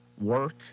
work